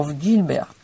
Gilbert